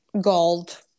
Gold